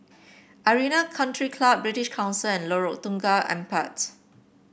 Arena Country Club British Council and Lorong Tukang Empat